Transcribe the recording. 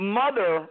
mother